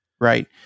Right